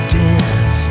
death